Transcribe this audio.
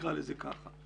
נקרא לזה כך.